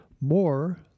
More